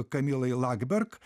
kamilai lakberg